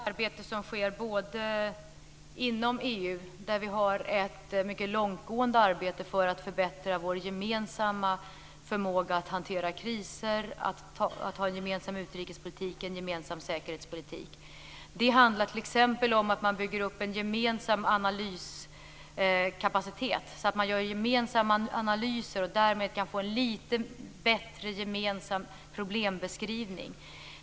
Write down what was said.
Fru talman! Arbetet pågår inom EU, där vi bedriver ett mycket långtgående arbete för att förbättra vår gemensamma förmåga att hantera kriser och föra en gemensam utrikespolitik och säkerhetspolitik. Man bygger t.ex. upp en gemensam analyskapacitet. Det görs gemensamma analyser. Därmed kan man få en något bättre gemensam problembeskrivning.